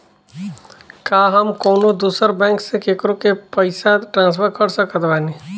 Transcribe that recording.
का हम कउनों दूसर बैंक से केकरों के पइसा ट्रांसफर कर सकत बानी?